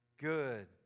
good